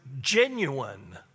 genuine